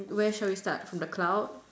where shall we start from the clouds